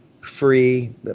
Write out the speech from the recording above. free